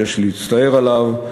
שיש להצטער עליו,